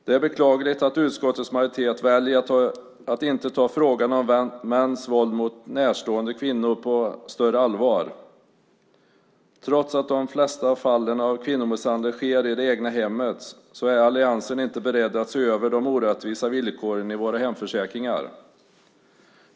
Det är beklagligt att utskottets majoritet väljer att inte ta frågan om mäns våld mot närstående kvinnor på större allvar. Trots att de flesta fallen av kvinnomisshandel sker i det egna hemmet är alliansen inte beredd att se över de orättvisa villkoren i våra hemförsäkringar.